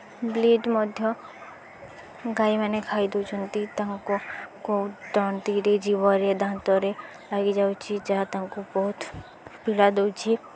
blade ମଧ୍ୟ ଗାଈମାନେ ଖାଇଦେଉଛନ୍ତି ତାଙ୍କୁ କେଉଁ ତଣ୍ଟିରେ ଜିଭରେ ଦାନ୍ତରେ ଲାଗିଯାଉଛିି ଯାହା ତାଙ୍କୁ ବହୁତ ପୀଡ଼ା ଦେଉଛି